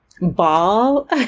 ball